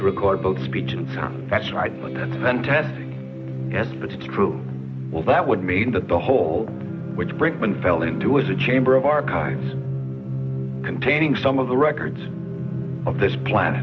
to record both speech and sound that's right that's fantastic yes but it's true well that would mean that the whole which britain fell into was a chamber of archives containing some of the records of this planet